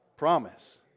promise